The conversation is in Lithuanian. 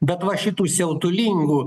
bet va šitų siautulingų